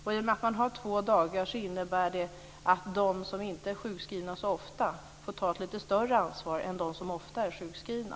I och med att man har två dagar innebär det att de som inte är sjukskrivna så ofta får ta ett lite större ansvar än de som ofta är sjukskrivna.